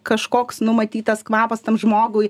kažkoks numatytas kvapas tam žmogui